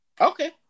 Okay